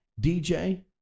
DJ